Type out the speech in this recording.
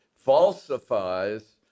Falsifies